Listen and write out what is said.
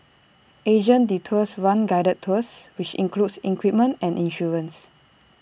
Asian Detours runs guided tours which includes equipment and insurance